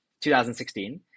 2016